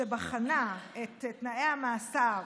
שבחנה את תנאי המאסר